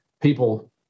people